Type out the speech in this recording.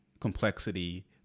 complexity